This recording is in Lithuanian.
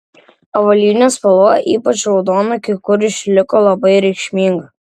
avalynės spalva ypač raudona kai kur išliko labai reikšminga